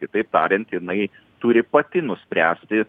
kitaip tariant jinai turi pati nuspręsti